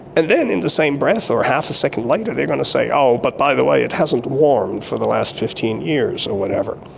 and then in the same breath or half a second later they are going to say, oh, but by the way it hasn't warmed for the last fifteen years or whatever.